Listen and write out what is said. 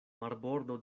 marbordo